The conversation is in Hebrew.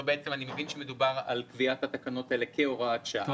אני מבין שמדובר על קביעת התקנות האלה כהוראת שעה.